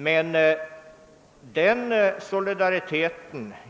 Men den = solidaritet